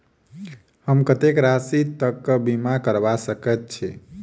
हम कत्तेक राशि तकक बीमा करबा सकैत छी?